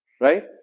right